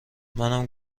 منم